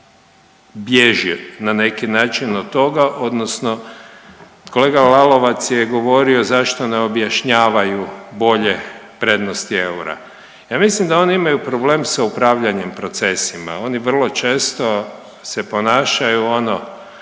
bježi na neki način od toga odnosno kolega Lalovac je govorio zašto ne objašnjavaju bolje prednosti eura. Ja mislim da oni imaju problem sa upravljanjem procesima, oni vrlo često se ponašaju ono